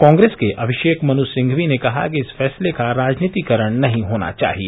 कांग्रेस के अभिषेक मनु सिंघवी ने कहा कि इस फैसले का राजनीतिकरण नहीं किया जाना चाहिए